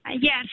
Yes